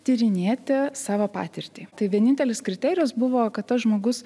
tyrinėti savo patirtį tai vienintelis kriterijus buvo kad tas žmogus